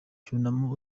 cyunamo